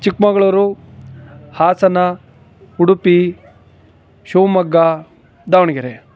Chikkamagaluru Hassan Udupi Shivamogga Davanagere